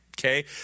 okay